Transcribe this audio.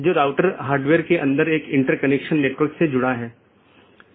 इसलिए उद्देश्य यह है कि इस प्रकार के पारगमन ट्रैफिक को कम से कम किया जा सके